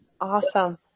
Awesome